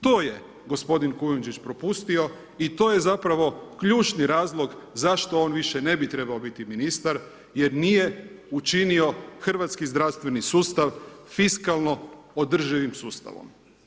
To je gospodin Kujundžić propustio i to je zapravo ključni razlog zašto on više ne bi trebao biti ministar jer nije učinio hrvatski zdravstveni sustav fiskalno održivim sustavom.